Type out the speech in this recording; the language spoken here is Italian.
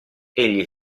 egli